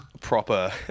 proper